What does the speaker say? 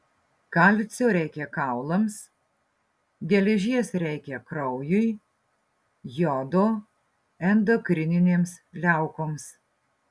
kalcio reikia kaulams geležies reikia kraujui jodo endokrininėms liaukoms